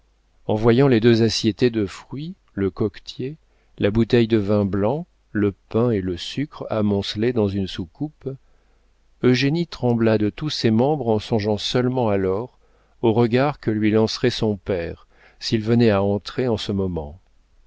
en voyant les deux assiettées de fruits le coquetier la bouteille de vin blanc le pain et le sucre amoncelé dans une soucoupe eugénie trembla de tous ses membres en songeant seulement alors aux regards que lui lancerait son père s'il venait à entrer en ce moment